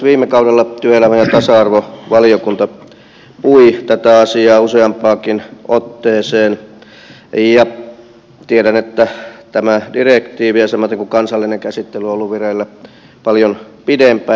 viime kaudella työelämä ja tasa arvovaliokunta pui tätä asiaa useampaankin otteeseen ja tiedän että tämä direktiivi samaten kuin kansallinen käsittely on ollut vireillä paljon pidempään